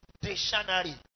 dictionary